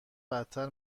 بدتر